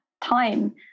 time